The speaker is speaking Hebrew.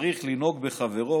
צריך לנהוג בחברו